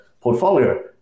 portfolio